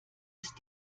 ist